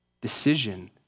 decision